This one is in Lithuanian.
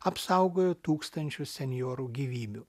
apsaugojo tūkstančius senjorų gyvybių